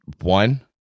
One